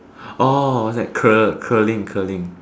orh that curl~ curling curling